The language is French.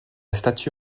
statue